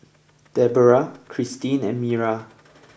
Debera Christene and Miriah